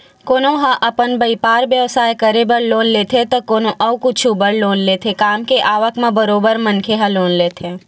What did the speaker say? कोनो ह अपन बइपार बेवसाय करे बर लोन लेथे त कोनो अउ कुछु बर लोन लेथे काम के आवक म बरोबर मनखे ह लोन लेथे